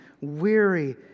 weary